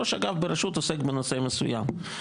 ראש אגף ברשות עוסק בנושא מסוים,